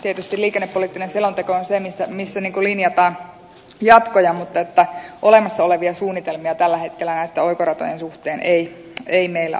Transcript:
tietysti liikennepoliittinen selonteko on se missä linjataan jatkoja mutta olemassa olevia suunnitelmia tällä hetkellä näitten oikoratojen suhteen ei meillä ole